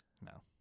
No